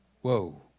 Whoa